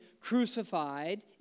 crucified